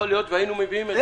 והיינו מביאים את זה.